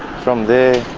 from there